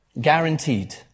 Guaranteed